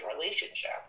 relationship